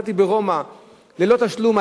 נסעתי ברומא ללא תשלום.